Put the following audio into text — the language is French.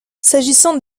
s’agissant